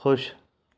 ਖੁਸ਼